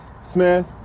Smith